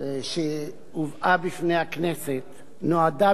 שהובאה בפני הכנסת נועדה,